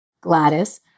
Gladys